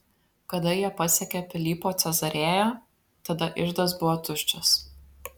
kada jie pasiekė pilypo cezarėją tada iždas buvo tuščias